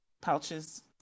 pouches